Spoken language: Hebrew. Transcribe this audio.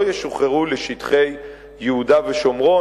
לא ישוחררו לשטחי יהודה ושומרון.